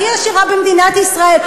הכי עשירה במדינת ישראל,